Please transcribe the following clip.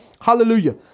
Hallelujah